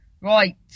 Right